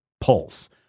pulse